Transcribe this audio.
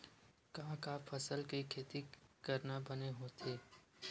का का फसल के खेती करना बने होथे?